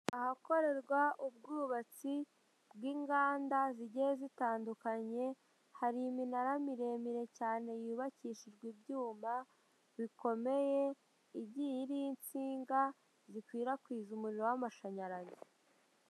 Ahakorerwa ubwubatsi bw'inganda zigiye zitandukanye, hari iminara miremire cyane yubakishijwe ibyuma bikomeye, igiye iriho insinga zikwirakwiza umuriro w'amashanyarazi.